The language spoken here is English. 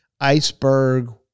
iceberg